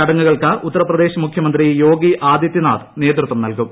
ചടങ്ങുകൾക്ക് ഉത്തർപ്രദേശ് മുഖ്യമുന്തി യോഗി ആദിത്യനാഥ് നേതൃത്വം നൽകും